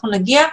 אנחנו נגיע,